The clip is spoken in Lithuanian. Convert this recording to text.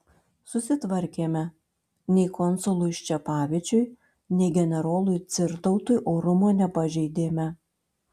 susitvarkėme nei konsului ščepavičiui nei generolui cirtautui orumo nepažeidėme